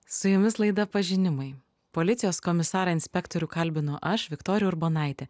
su jumis laida pažinimai policijos komisarą inspektorių kalbinu aš viktorija urbonaitė